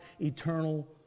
eternal